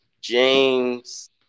James